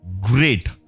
great